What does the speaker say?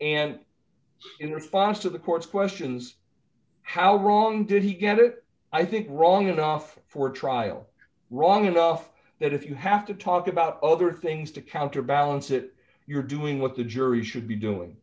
to the court's questions how wrong did he get it i think wrong enough for trial wrong enough that if you have to talk about other things to counterbalance it you're doing what the jury should be doing